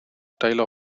style